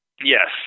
Yes